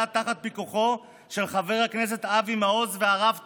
תחת פיקוחו של חבר הכנסת אבי מעוז והרב טאו,